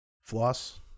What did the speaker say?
Floss